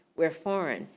we're foreign,